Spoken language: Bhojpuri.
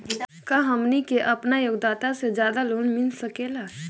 का हमनी के आपन योग्यता से ज्यादा लोन मिल सकेला?